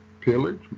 pillage